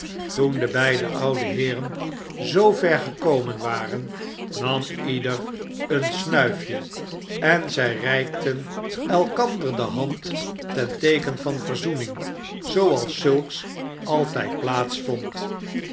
toen de beide oude heeren zoo ver gekomen waren nam ieder een snuifje en zij reikten elkander de hand ten teeken van verzoening zooals zulks altijd